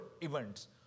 events